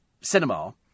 cinema